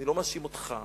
אני לא מאשים אותך,